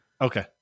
Okay